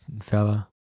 fella